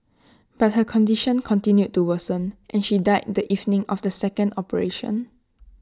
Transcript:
but her condition continued to worsen and she died the evening of the second operation